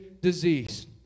disease